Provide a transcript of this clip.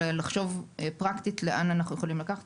אלא לחשוב פרקטית לאן אנחנו יכולים לקחת